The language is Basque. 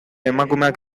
emakumeak